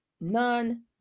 none